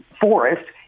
forest